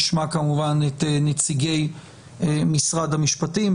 נשמע כמובן את נציגי משרד המשפטים,